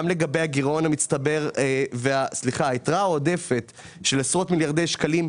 לגבי היתרה העודפת של עשרות מיליוני שקלים,